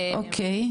אוקי.